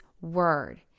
word